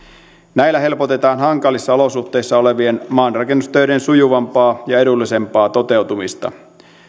näin helpotetaan hankalissa olosuhteissa olevien maanrakennustöiden sujuvampaa ja edullisempaa toteutumista